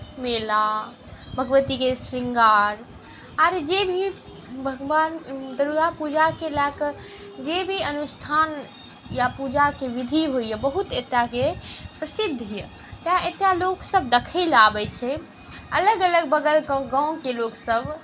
मेला भगवतीके श्रृंगार आओर जे भी भगवान दुर्गा पूजाके लए के जे भी अनुष्ठान या पूजाके विधि होइए बहुत एतयके प्रसिद्ध यए तऽ एतय लोकसभ देखै लेल आबैत छै अगल बगलके गाँवके लोकसभ